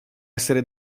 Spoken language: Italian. essere